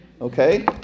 Okay